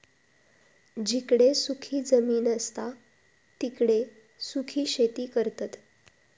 जिकडे सुखी जमीन असता तिकडे सुखी शेती करतत